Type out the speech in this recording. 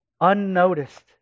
unnoticed